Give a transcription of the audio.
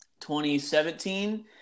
2017